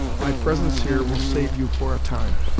my presence here will save you for a time.